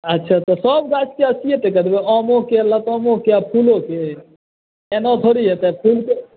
अच्छा तऽ सभ गाछके अस्सीए टके देबै आमोके लतामोके आ फूलोके एना थोड़ी हेतै फूलके